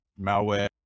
malware